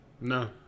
No